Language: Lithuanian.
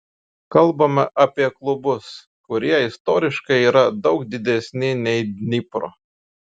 kalbame apie klubus kurie istoriškai yra daug didesni nei dnipro